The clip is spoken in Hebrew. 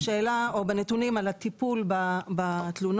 בשאלה או בנתונים על הטיפול בתלונות,